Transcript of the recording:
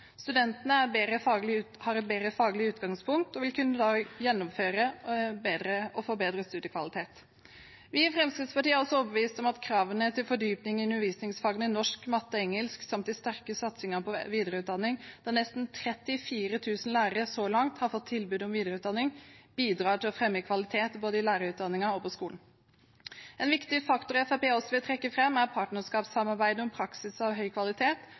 Studentene har et bedre faglig utgangspunkt og vil kunne gjennomføre med bedre studiekvalitet. Vi i Fremskrittspartiet er også overbevist om at kravene til fordypning i undervisningsfagene norsk, matte og engelsk, samt den sterke satsingen på videreutdanning – som nesten 34 000 lærere så langt har fått tilbud om – bidrar til å fremme kvalitet både i lærerutdanningen og på skolen. En viktig faktor Fremskrittspartiet også vil trekke fram, er partnerskapssamarbeidet om praksis av høy kvalitet,